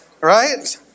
right